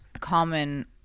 common